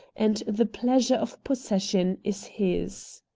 and the pleasure of possession is his.